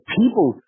people